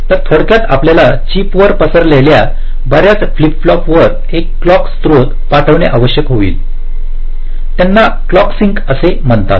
तर थोडक्यात आपल्याला चिप वर पसरलेल्या बर्याच फ्लिप फ्लॉप वर एक क्लॉक स्त्रोत पाठविणे आवश्यक आहे त्यांना क्लॉक सिंक असे म्हणतात